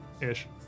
ish